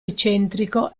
eccentrico